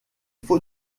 faux